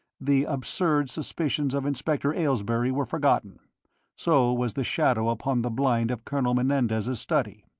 the absurd suspicions of inspector aylesbury were forgotten so was the shadow upon the blind of colonel menendez's study.